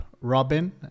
Robin